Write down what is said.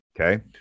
okay